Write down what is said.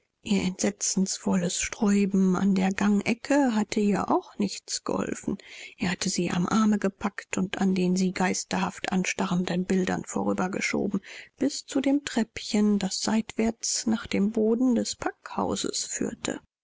ihr entsetzensvolles sträuben an der gangecke hatte ihr auch nichts geholfen er hatte sie am arme gepackt und an den sie geisterhaft anstarrenden bildern vorüber geschoben bis zu dem treppchen das seitwärts nach dem boden des packhauses führte